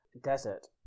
desert